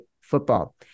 football